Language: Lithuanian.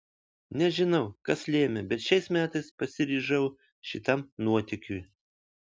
nežinau kas lėmė bet šiais metais pasiryžau šitam nuotykiui